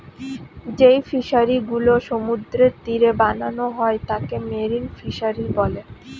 যেই ফিশারি গুলো সমুদ্রের তীরে বানানো হয় তাকে মেরিন ফিসারী বলে